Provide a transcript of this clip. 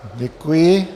Děkuji.